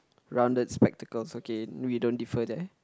rounded spectacles okay we don't differ there